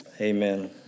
Amen